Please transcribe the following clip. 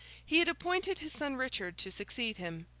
he had appointed his son richard to succeed him,